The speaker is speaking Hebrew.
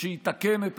ושיתקן את